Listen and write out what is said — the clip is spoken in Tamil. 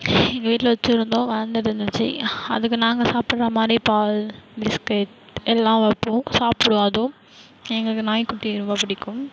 எங்கள் வீட்டில் வெச்சுருந்தோம் வளர்ந்துட்டு இருந்துச்சு அதுக்கு நாங்கள் சாப்பிடுற மாதிரி பால் பிஸ்கெட் எல்லாம் வைப்போம் சாப்பிடும் அதுவும் எங்களுக்கு நாய்க்குட்டியை ரொம்ப பிடிக்கும்